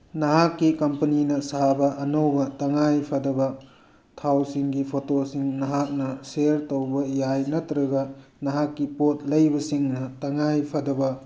ꯅꯍꯥꯛꯀꯤ ꯀꯝꯄꯅꯤꯅ ꯁꯥꯕ ꯑꯅꯧꯕ ꯇꯉꯥꯏ ꯐꯗꯕ ꯊꯥꯎꯁꯤꯡꯒꯤ ꯐꯣꯇꯣꯁꯤꯡ ꯅꯍꯥꯛꯅ ꯁꯦꯜ ꯇꯧꯕ ꯌꯥꯏ ꯅꯠꯇ꯭ꯔꯒ ꯅꯍꯥꯛꯀꯤ ꯄꯣꯠ ꯂꯩꯕꯁꯤꯡꯅ ꯇꯉꯥꯏ ꯐꯗꯕ